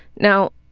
now,